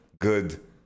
good